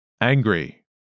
Angry